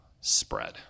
spread